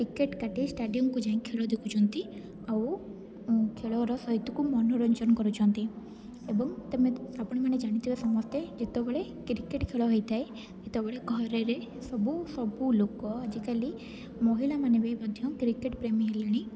ticket କାଟି ଷ୍ଟାଡ଼ିୟମ୍କୁ ଯାଇ ଖେଳ ଦେଖୁଛନ୍ତି ଆଉ ଖେଳର ସହିତକୁ ମନୋରଞ୍ଜନ କରୁଛନ୍ତି ଏବଂ ତମେ ଆପଣମାନେ ଜାଣିଥିବେ ସମସ୍ତେ ଯେତେବେଳେ କ୍ରିକେଟ୍ ଖେଳ ହୋଇଥାଏ ସେତେବେଳେ ଘରରେ ସବୁ ସବୁ ଲୋକ ଆଜିକାଲି ମହିଳାମାନେ ବି ମଧ୍ୟ କ୍ରିକେଟ୍ ପ୍ରେମୀ ହେଲେଣି